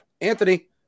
Anthony